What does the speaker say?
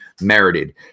merited